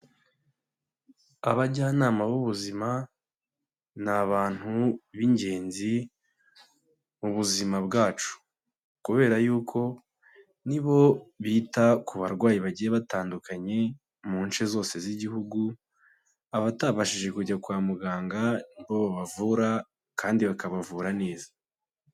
Abajyanama b'ubuzima ni abantu b'ingenzi mu buzima bwacu kubera yuko ni bo bita ku barwayi bagiye batandukanye mu nce zose z'igihugu, abatabashije kujya kwa muganga ni bo babavura kandi bakabavura neza.